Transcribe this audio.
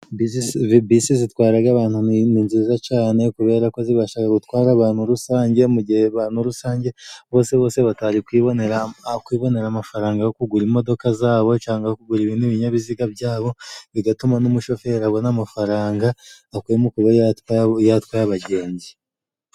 Bisi zitwararaga abantu ni nziza cane kubera ko zibashaga gutwara abantu rusange mu gihe abantu rusange bose bose batari kwibonera amafaranga yo kugura imodoka zabo cangwa kugura ibindi binyabiziga byabo bigatuma n'umushoferi abona amafaranga akuye mu kuba yatwaraye abagenzi.